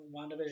WandaVision